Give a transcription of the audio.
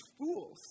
fools